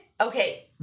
Okay